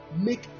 make